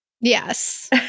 Yes